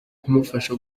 kumufasha